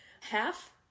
half